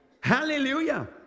Hallelujah